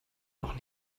noch